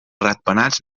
ratpenats